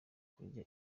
kurya